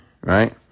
right